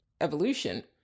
evolution